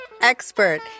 expert